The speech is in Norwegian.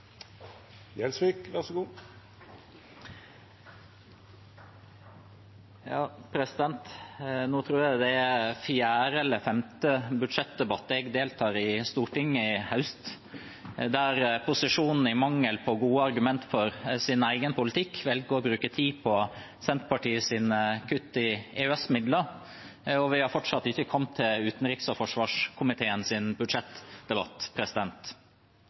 fjerde eller femte budsjettdebatten jeg deltar i i Stortinget i høst der posisjonen, i mangel på gode argument for sin egen politikk, velger å bruke tid på Senterpartiets kutt i EØS-midler – og vi har fortsatt ikke kommet til utenriks- og forsvarskomiteens budsjettdebatt.